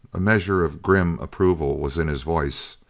a measure of grim approval was in his voice.